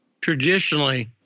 traditionally –